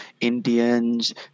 Indians